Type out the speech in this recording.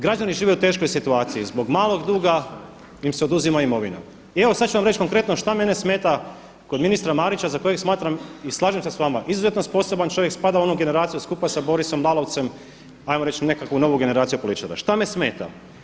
Građani žive u teškoj situaciji, zbog malog duga im se oduzima imovina i evo sada ću vam reći konkretno šta mene smeta kod ministra Marića za kojeg smatram i slažem se s vama, izuzetno sposoban čovjek, spada u onu generaciju skupa sa Borisom Lalovcem, ajmo reći u nekakvu novu generaciju političara, šta me smeta.